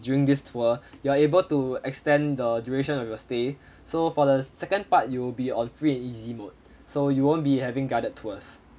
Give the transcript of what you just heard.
during this tour you are able to extend the duration of your stay so for the second part you'll be on free and easy mode so you won't be having guided tours